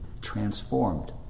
transformed